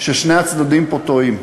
ששני הצדדים פה טועים.